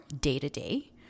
day-to-day